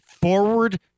forward